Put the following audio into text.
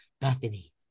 Bethany